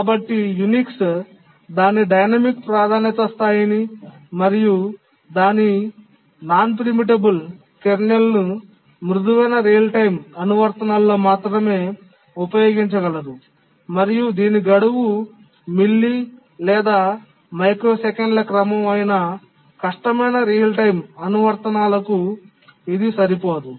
కాబట్టి యునిక్స్ దాని డైనమిక్ ప్రాధాన్యతా స్థాయిని మరియు దాని ప్రీమిటబుల్ కాని కెర్నల్ను మృదువైన రియల్ టైమ్ అనువర్తనాల్లో మాత్రమే ఉపయోగించగలదు మరియు దీని గడువు మిల్లీ లేదా మైక్రోసెకన్ల క్రమం అయిన కష్టమైన రియల్ టైమ్ అనువర్తనాలకు ఇది సరిపోదు